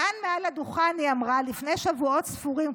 כאן מעל הדוכן היא אמרה לפני שבועות ספורים,